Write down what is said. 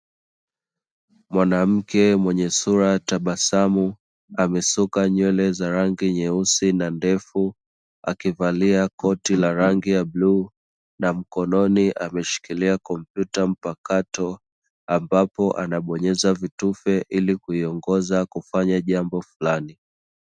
Mwanamke mwenye sura ya tabasamu amesuka nywele za rangi nyeusi na ndefu, akivalia koti la rangi ya bluu na mkononi ameshikilia kompyuta mpakato, ambapo anabonyeza vitufe ili kuiongoza kufanya jambo fulani.